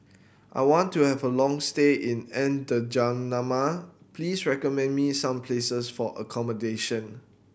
I want to have a long stay in N'Djamena please recommend me some places for accommodation